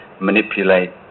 manipulate